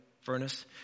furnace